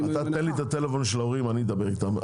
תן לי את הטלפון של ההורים אני אדבר איתם.